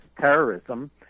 terrorism